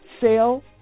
sale